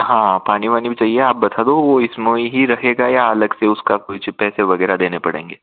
हाँ पानी वानी भी चाहिए आप बता दो वो इसमें ही रखेगा या अलग से उसका कुछ पैसे वगैरह देने पड़ेंगे